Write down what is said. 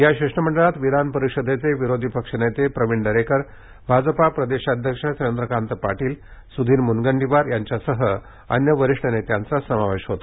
या शिष्टमंडळात विधान परिषदेचे विरोधी पक्षनेते प्रवीण दरेकर भाजपा प्रदेशाध्यक्ष चंद्रकांत पाटील सुधीर मुनगंटीवार यांच्यासह अन्य वरिष्ठ नेत्यांचा समावेश होता